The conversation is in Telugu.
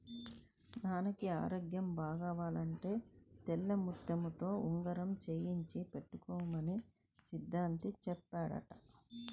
నాన్నకి ఆరోగ్యం బాగవ్వాలంటే తెల్లముత్యంతో ఉంగరం చేయించి పెట్టుకోమని సిద్ధాంతి చెప్పాడంట